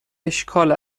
اشکال